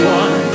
one